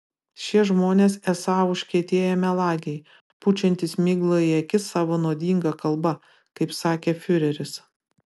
šie žmonės esą užkietėję melagiai pučiantys miglą į akis savo nuodinga kalba kaip sakė fiureris